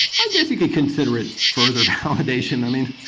i guess you could consider it further validation. i mean,